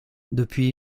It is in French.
depuis